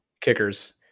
kickers